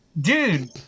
dude